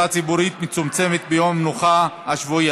ציבורית מצומצמת ביום המנוחה השבועי,